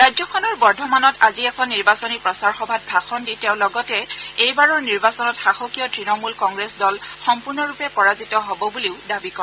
ৰাজ্যখনৰ বৰ্ধমানত আজি এখন নিৰ্বাচনী প্ৰচাৰ সভাত ভাষণ দি তেওঁ লগতে এইবাৰৰ নিৰ্বাচনত শাসকীয় তৃণমূল কংগ্ৰেছ দল সম্পূৰ্ণৰূপে পৰাজিত হ'ব বুলি দাবী কৰে